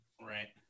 Right